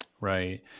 Right